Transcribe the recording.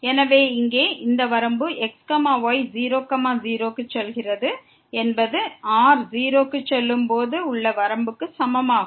எனவே இங்கே இந்த வரம்பு x y 0 0க்கு செல்கிறது என்பது r 0 க்கு செல்லும் போது உள்ள வரம்புக்கு சமம் ஆகும்